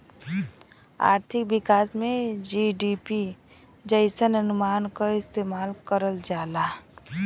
आर्थिक विकास में जी.डी.पी जइसन अनुमान क इस्तेमाल करल जाला